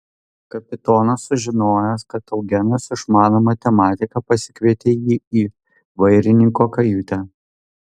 kapitonas sužinojęs kad eugenas išmano matematiką pasikvietė jį į vairininko kajutę